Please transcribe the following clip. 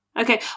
Okay